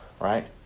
right